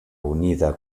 unida